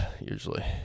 usually